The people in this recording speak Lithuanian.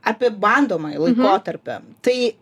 apie bandomąjį laikotarpį tai